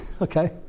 okay